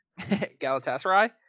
Galatasaray